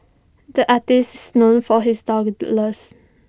the artist is known for his